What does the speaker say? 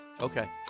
Okay